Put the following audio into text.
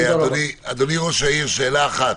אדוני ראש העיר, שאלה אחת.